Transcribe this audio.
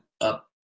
up